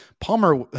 Palmer